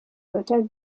götter